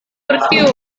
bertiup